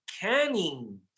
canning